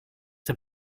der